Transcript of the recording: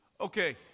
Okay